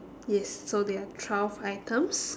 yes so there are twelve items